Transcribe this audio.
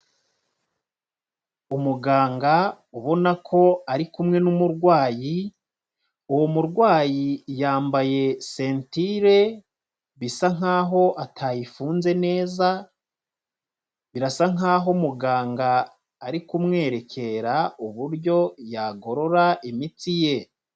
Umuganga ubona ko ari kumwe n'umurwayi, uwo murwayi yambaye sentire bisa nk'aho atayifunze neza, birasa nk'aho muganga ari kumwerekera uburyo yagorora imitsi ye.